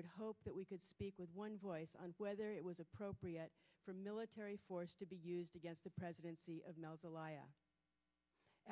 would hope that we could speak with one voice on whether it was appropriate for military force to be used against the president